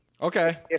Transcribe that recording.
Okay